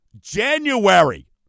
January